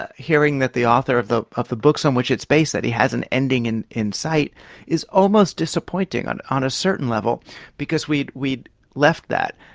ah hearing that the author of the of the books on which it's based, that he has an ending in in sight is almost disappointing on on a certain level because we'd we'd left that.